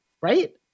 right